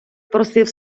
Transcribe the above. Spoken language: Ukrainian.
просив